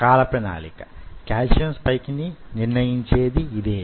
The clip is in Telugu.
కాల ప్రణాళిక కాల్షియం స్పైక్ ని నిర్ణయించేది యిదే